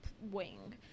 wing